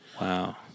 Wow